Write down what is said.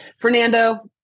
Fernando